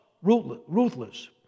ruthless